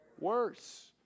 Worse